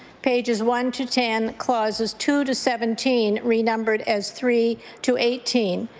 pages one to ten clauses two to seventeen renumbered as three to eighteen.